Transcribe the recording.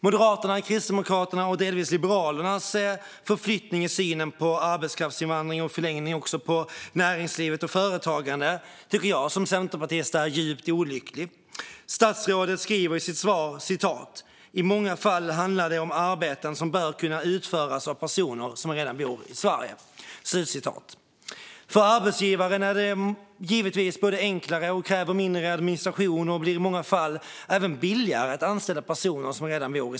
Moderaternas, Kristdemokraternas och delvis Liberalernas förflyttning i synen på arbetskraftsinvandring och i förlängningen även på näringsliv och företagande tycker jag som centerpartist är djupt olycklig. Statsrådet säger i sitt svar: "I många fall handlar det om arbeten som bör kunna utföras av personer som redan bor i Sverige." Att anställa personer som redan bor i Sverige är för arbetsgivaren givetvis enklare. Det kräver mindre administration och blir i många fall även billigare.